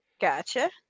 Gotcha